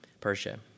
Persia